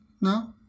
No